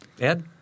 Ed